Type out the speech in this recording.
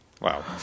Wow